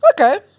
Okay